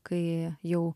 kai jau